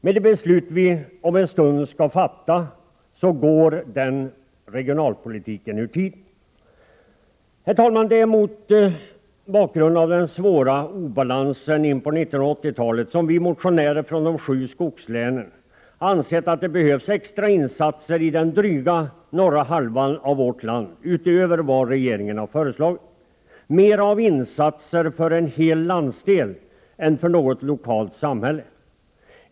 Med det beslut som vi om en stund skall fatta går den regionalpolitiken ur tiden. Herr talman! Det är mot bakgrund av den svåra obalansen på 1980-talet som vi motionärer från de sju skogslänen ansett att det behövs extra insatser i den norra halvan av vårt land utöver vad regeringen har föreslagit, mera insatser för en hel landsdel än för något lokalt samhälle.